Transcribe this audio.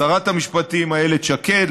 לשרת המשפטים איילת שקד,